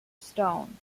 stone